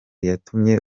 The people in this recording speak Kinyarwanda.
yatumye